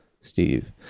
Steve